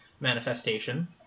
manifestation